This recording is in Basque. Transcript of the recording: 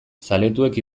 zaletuek